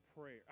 prayer